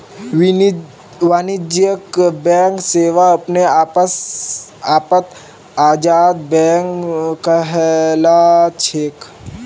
वाणिज्यिक बैंक सेवा अपने आपत आजाद बैंक कहलाछेक